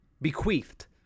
bequeathed